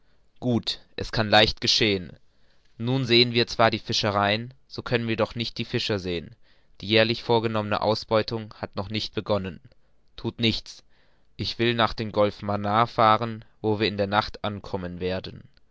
gut es kann leicht geschehen nun sehen wir zwar die fischereien so können wir doch nicht die fischer sehen die jährlich vorgenommene ausbeutung hat noch nicht begonnen thut nichts ich will nach dem golf manaar fahren wo wir in der nacht ankommen werden